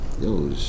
Yo